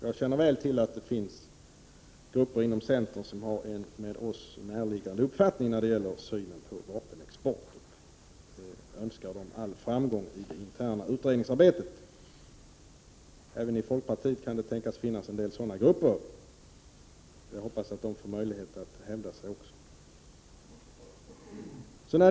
Jag känner väl till att det finns grupper inom centern som har en med oss näraliggande uppfattning vad gäller synen på svensk vapenexport. Jag önskar centern all framgång i det interna utredningsarbetet. Även inom folkpartiet kan det tänkas finnas grupper som ansluter sig till vår uppfattning. Jag hoppas att också de får möjlighet att hävda sin uppfattning.